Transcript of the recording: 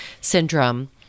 syndrome